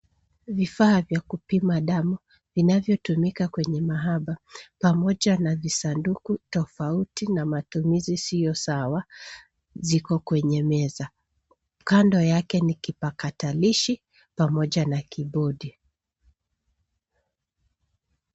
Vifaa vya kupima damu vinavyotumika kwenye mahaba pamoja na visansuku tofauti na matumizi sio sawa, ziko kwenye meza. Kando yake ni kipakatalishi pamoja na kibodi.